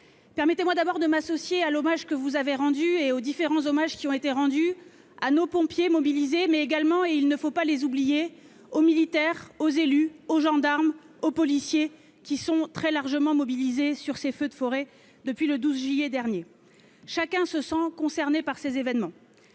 Permettez-moi d'abord de m'associer à l'hommage que vous et d'autres orateurs avez rendu à nos pompiers investis, mais également- il ne faut pas les oublier -aux militaires, aux élus, aux gendarmes et aux policiers très largement mobilisés sur ces feux de forêt depuis le 12 juillet dernier. Chacun se sent concerné par ces événements.